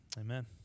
Amen